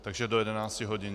Takže do 11 hodin.